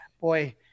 boy